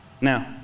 Now